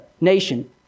nation